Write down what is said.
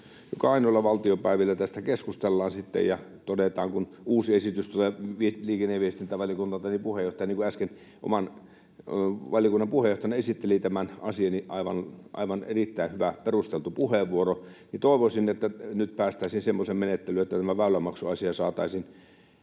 joka ainoilla valtiopäivillä tästä keskustellaan ja sitten todetaan, kun uusi esitys tulee liikenne- ja viestintävaliokunnalta ja puheenjohtaja esittelee, niin kuin äsken valiokunnan puheenjohtaja esitteli tämän asian — erittäin hyvä, perusteltu puheenvuoro... Toivoisin, että nyt päästäisiin semmoiseen menettelyyn, että tämä väylämaksuasia saataisiin